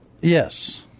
Yes